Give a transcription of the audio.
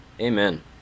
Amen